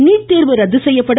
நீர்தேர்வு ரத்து செய்யப்படும்